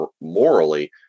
morally